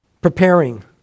preparing